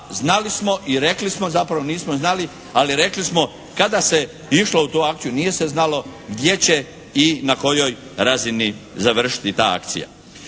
znali smo i rekli smo zapravo nismo znali, ali rekli smo kada se išlo u tu akciju nije se znalo gdje će i na kojoj razini završiti ta akcija.